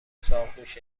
ساقدوش